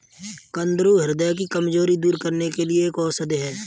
कुंदरू ह्रदय की कमजोरी दूर करने के लिए एक औषधि है